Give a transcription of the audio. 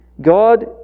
God